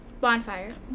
Bonfire